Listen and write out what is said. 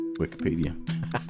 wikipedia